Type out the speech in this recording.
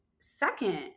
second